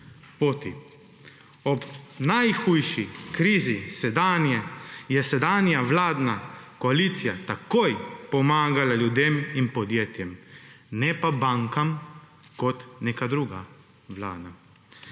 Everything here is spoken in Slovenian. Ob najhujši krizi sedanje je sedanja vladna koalicija takoj pomagala ljudem in podjetjem, ne pa bankam kot neka druga vlada.